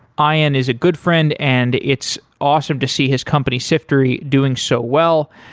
ayan is a good friend and it's awesome to see his company siftery doing so well.